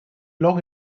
long